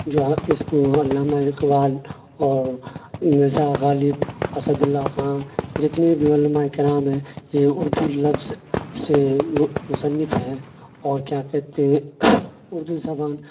جو اس کو علامہ اقبال اور مرزا غالب اسد اللہ خاں جتنے بھی علماء کرام ہیں یہ اردو لفظ سے مصنف ہیں اور کیا کہتے ہیں اردو زبان